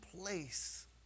place